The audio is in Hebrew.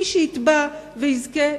מי שיתבע ויזכה,